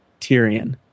Tyrion